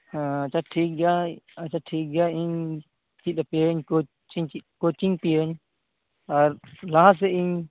ᱟᱪᱪᱷᱟ ᱴᱷᱤᱠ ᱜᱮᱭᱟ ᱟᱪᱪᱷᱟ ᱴᱷᱤᱠ ᱜᱮᱭᱟ ᱤᱧ ᱪᱮᱫ ᱟᱯᱮᱧ ᱠᱳᱪ ᱠᱳᱪᱤᱝ ᱯᱤᱭᱟᱹᱧ ᱟᱨ ᱞᱟᱦᱟ ᱥᱮᱫ ᱤᱧ